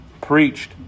preached